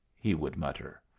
he would mutter.